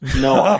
No